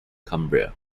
cumbria